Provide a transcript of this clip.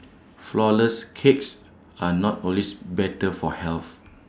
Flourless Cakes are not always better for health